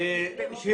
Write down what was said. תודה.